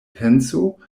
penso